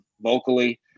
vocally